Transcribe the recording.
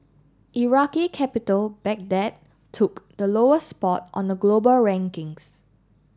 Iraqi capital Baghdad took the lowest spot on the global rankings